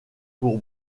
pour